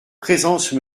présence